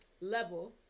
level